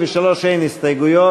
53, אין הסתייגויות.